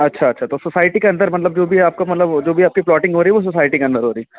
अच्छा अच्छा तो सोसाइटी के अंदर मतलब जो भी आपका मतलब जो भी आपकी प्लोटिंग हो रही है वह सोसाइटी के अंदर हो रही है